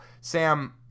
Sam